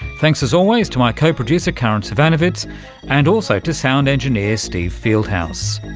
thanks as always to my co-producer karin zsivanovits and also to sound engineer steve fieldhouse.